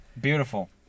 Beautiful